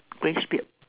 grey beard